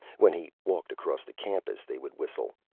when he walked across the campus, they would whistle,